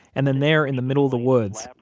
and then there, in the middle of the woods,